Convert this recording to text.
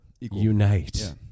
unite